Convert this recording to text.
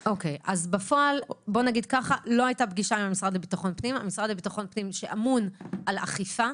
בפועל לא הייתה פגישה עם המשרד לביטחון פנים שאמון על אכיפה.